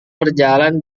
berjalan